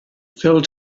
fell